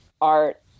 art